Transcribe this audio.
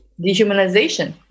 Dehumanization